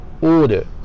order